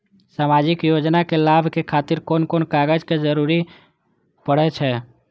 सामाजिक योजना के लाभक खातिर कोन कोन कागज के जरुरत परै छै?